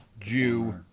Jew